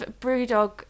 Brewdog